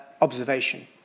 observation